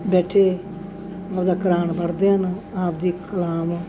ਬੈਠੇ ਉਹਦਾ ਕੁਰਾਨ ਪੜ੍ਹਦੇ ਹਨ ਆਪਣੀ ਕਲਾਮ